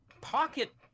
pocket